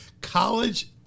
college